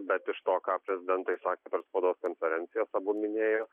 bet iš to ką prezidentai sakė per spaudos konferencijas abu minėjo